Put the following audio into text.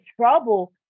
trouble